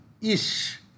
ish